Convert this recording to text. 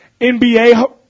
NBA